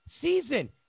season